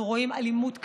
אנחנו רואים אלימות קשה.